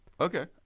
Okay